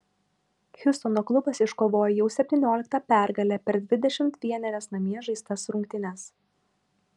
hjustono klubas iškovojo jau septynioliktą pergalę per dvidešimt vienerias namie žaistas rungtynes